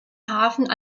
hafen